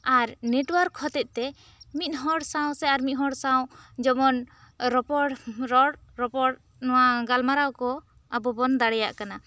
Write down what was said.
ᱟᱨ network ᱦᱚᱛᱮᱛᱮ ᱢᱤᱫ ᱦᱚᱲ ᱥᱟᱶ ᱥᱮ ᱟᱨ ᱢᱤᱫ ᱦᱚᱲ ᱥᱟᱶ ᱡᱮᱢᱚᱱ ᱨᱚᱯᱚᱲ ᱨᱚᱲ ᱨᱚᱯᱚᱲ ᱱᱚᱣᱟ ᱜᱟᱞᱢᱟᱨᱟᱣ ᱠᱚ ᱟᱵᱚ ᱵᱚᱱ ᱫᱟᱲᱮᱭᱟᱜ ᱠᱟᱱᱟ